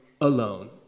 alone